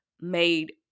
made